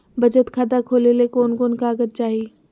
बचत खाता खोले ले कोन कोन कागज चाही?